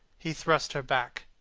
he thrust her back.